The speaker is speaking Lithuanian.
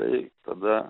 tai tada